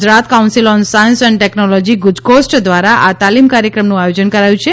Gujarat council on science and technology ગુજકોસ્ટ દ્વારા આ તાલિમ કાર્યક્રમનું આયોજન કરાયું છે